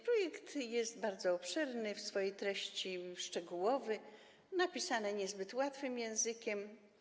Projekt jest bardzo obszerny w swojej treści, szczegółowy, napisany niezbyt łatwym językiem.